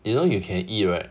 you know you can eat right